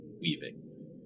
weaving